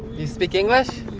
you speak english?